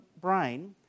brain